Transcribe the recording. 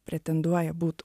pretenduoja būt